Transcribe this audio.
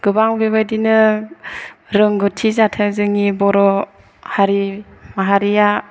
गोबां बे बायदिनो रोंगौथि जाथों बर' हारि माहारिया